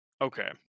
Okay